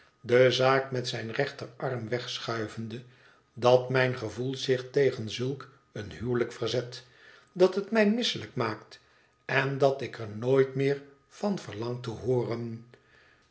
de zaak met zijn rechterarm wegschuivende dat mijn gevoel zich tegen zulk een huwelijk verzet dat het mij misselijk maakt en dat ik er nooit meer van verlang te hooren